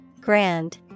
Grand